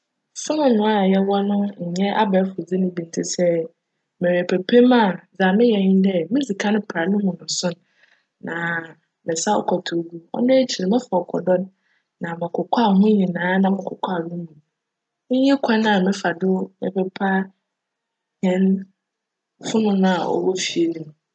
Fononoo a yjwc no nnyj abaefor dze no bi ntsi sj merepepa mu a, dza meyj nye dj midzi kan pra no mu nsonna mesaw kctuu gu. Cno ekyir no, mokokoa no ho nyinara. Iyi nye kwan a mefa do me pepa hjn fononoo a cwc fie no ho.